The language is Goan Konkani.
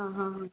आं हां हां